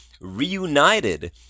reunited